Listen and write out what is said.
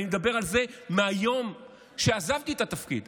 אני מדבר על זה מהיום שעזבתי את התפקיד.